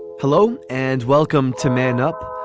hello and welcome to man up.